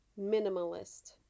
Minimalist